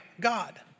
God